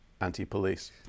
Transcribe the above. anti-police